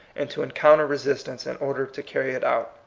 and to encounter resistance in order to carry it out.